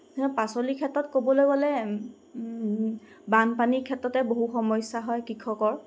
পাচলিৰ ক্ষেত্ৰত ক'বলৈ গ'লে বানপানীৰ ক্ষেত্ৰতে বহুত সমস্যা হয় কৃষকৰ